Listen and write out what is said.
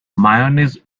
mayonnaise